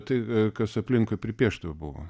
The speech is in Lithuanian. tai kas aplinkui pripiešta buvo